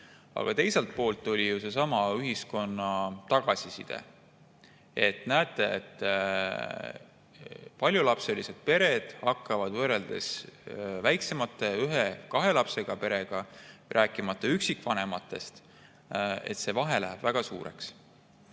Aga teiselt poolt oli ju seesama ühiskonna tagasiside, et näete, paljulapselised pered hakkavad võrreldes väiksemate, ühe-kahe lapsega peredega, rääkimata üksikvanematest, [saama rohkem toetust,] see vahe läheb väga suureks.